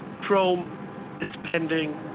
chrome it's pending.